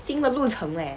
新的路程 leh